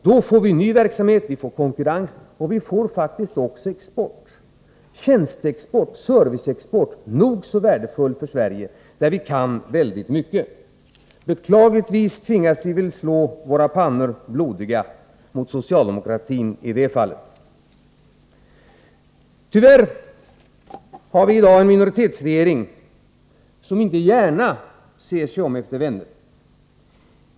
Då får vi ny verksamhet och konkurrens, och vi får faktiskt också export i form av tjänsteexport och serviceexport, vilket är nog så värdefullt för Sverige. På de områdena kan vi väldigt mycket. Beklagligtvis tvingas vi väl slå våra pannor blodiga mot socialdemokratin i det fallet. Tyvärr har vi i dag en minoritetsregering som inte gärna ser sig om efter vänner.